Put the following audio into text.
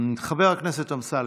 חבר הכנסת אמסלם,